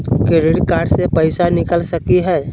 Credit card से पैसा निकल सकी हय?